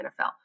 nfl